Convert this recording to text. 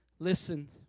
Listen